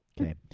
Okay